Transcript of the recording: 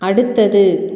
அடுத்தது